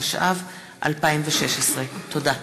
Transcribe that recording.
התשע"ו 2016. תודה.